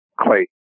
clay